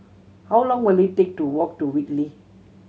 how long will it take to walk to Whitley